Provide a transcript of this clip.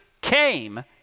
came